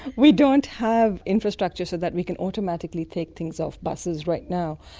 we don't have infrastructure so that we can automatically take things off buses right now,